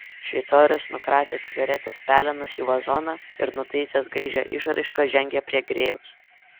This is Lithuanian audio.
šveicorius nukratė cigaretės pelenus į vazoną ir nutaisęs gaižią išraišką žengė prie grėjaus